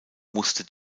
musste